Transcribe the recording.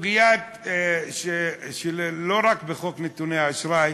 סוגיה שהיא לא רק בחוק נתוני האשראי